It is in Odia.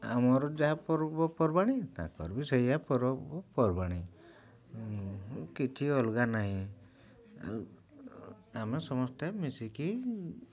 ଆମର ଯାହା ପର୍ବପର୍ବାଣୀ ତାଙ୍କର ବି ସେଇଆ ପର୍ବପର୍ବାଣୀ କିଛି ଅଲଗା ନାହିଁ ଆଉ ଆମେ ସମସ୍ତେ ମିଶିକି